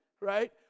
right